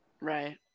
Right